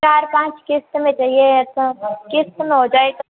चार पाँच किस्त में चाहिए ऐसा किस्त में हो जाए